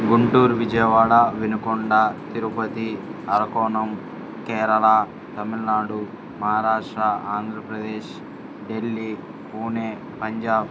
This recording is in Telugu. గుంటూరు విజయవాడ వినుకొండ తిరుపతి అర్రకోణం కేరళ తమిళనాడు మహారాష్ట్ర ఆంధ్రప్రదేశ్ ఢిల్లీ పూణే పంజాబ్